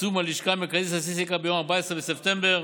לפרסום הלשכה המרכזית לסטטיסטיקה ביום 14 בספטמבר